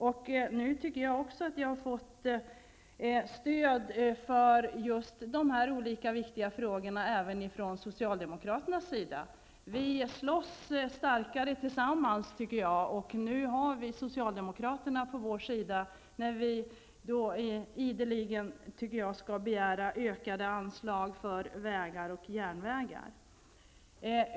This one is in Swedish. Jag tycker mig nu ha fått stöd i dessa viktiga frågor även från socialdemokratiskt håll. Vi slåss starkare tillsammans, och nu har vi socialdemokraterna på vår sida, när vi ideligen skall begära ökade anslag för vägar och järnvägar.